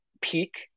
peak